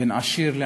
בין עשיר לעני,